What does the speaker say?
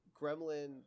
gremlin